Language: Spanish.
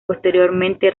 posteriormente